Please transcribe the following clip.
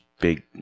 big